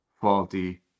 faulty